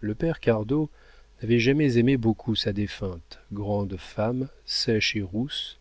le père cardot n'avait jamais aimé beaucoup sa défunte grande femme sèche et rousse